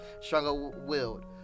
Stronger-willed